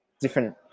different